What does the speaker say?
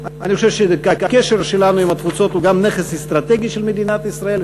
אני חושב שהקשר שלנו עם התפוצות הוא גם נכס אסטרטגי של מדינת ישראל,